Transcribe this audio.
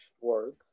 words